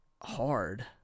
hard